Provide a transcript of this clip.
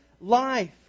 life